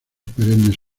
perennes